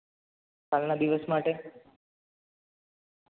કાલના દિવસ માટે